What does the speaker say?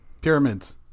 Pyramids